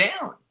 down